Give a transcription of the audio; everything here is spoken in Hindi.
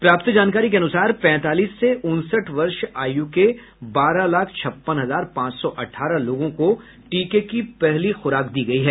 प्राप्त जानकारी के अनुसार पैंतालीस से उनसठ वर्ष आयु के बारह लाख छप्पन हजार पांच सौ अठारह लोगों को टीके की पहली खुराक दी गयी है